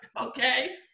okay